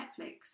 netflix